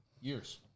years